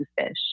fish